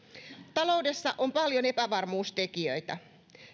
taloudessa on paljon epävarmuustekijöitä